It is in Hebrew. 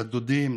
לדודים,